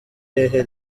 hehe